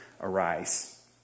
arise